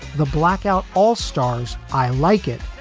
the blackout, all stars. i like it.